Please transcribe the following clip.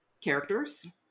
characters